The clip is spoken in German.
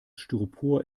styropor